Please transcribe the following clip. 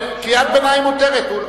קריאת ביניים מותרת.